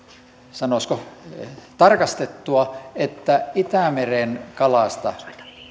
sanoisiko tarkastettua että itämeren kalasta